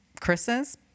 Chris's